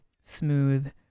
smooth